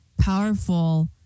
powerful